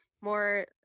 more